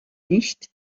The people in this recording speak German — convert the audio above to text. nicht